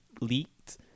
leaked